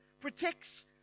protects